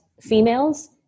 females